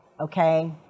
okay